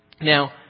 Now